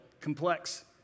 complex